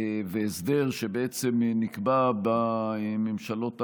והסדר שבעצם נקבע בממשלות הקודמות,